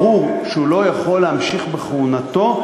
ברור שהוא לא יכול להמשיך בכהונתו,